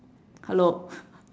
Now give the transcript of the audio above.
hello